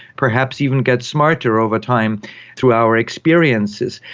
perhaps even get smarter over time through our experiences,